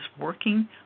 working